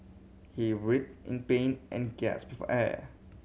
he writhed in pain and gasped for air